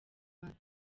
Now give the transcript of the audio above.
rwanda